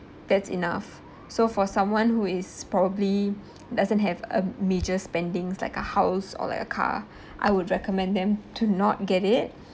that's enough so for someone who is probably doesn't have um major spendings like a house or like a car I would recommend them to not get it